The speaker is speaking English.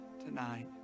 tonight